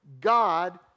God